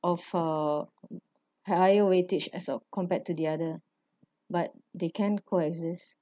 of a higher weightage as compared to the other but they can coexist